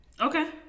okay